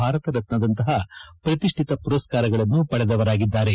ಭಾರತ ರತ್ನ ದಂತಪ ಪ್ರತಿಷ್ಠಿತ ಪುರಸ್ತಾರಗಳನ್ನು ಪಡೆದವರಾಗಿದ್ದಾರೆ